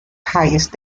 highest